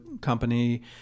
company